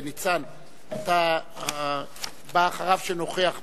ניצן, אתה הבא אחריו שנוכח באולם.